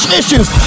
issues